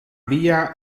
via